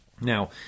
Now